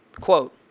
quote